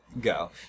go